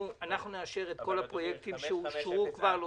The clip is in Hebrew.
אנחנו נאשר את כל הפרויקטים שאושרו כבר.